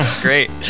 Great